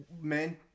men